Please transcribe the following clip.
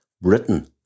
Britain